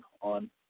on